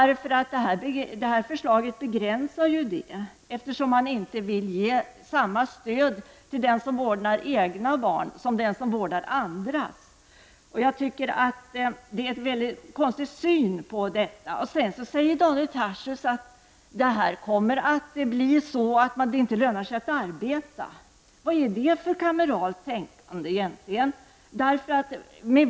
En begränsning i förslaget är att man inte vill ge samma stöd till dem som vårdar egna barn som till dem som vårdar andras barn. Det är enligt min mening ett mycket konstigt synsätt. Daniel Tarschys säger att vårt förslag innebär att det inte lönar sig att arbeta. Vad är det för kameralt tänkande?